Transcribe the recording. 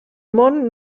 món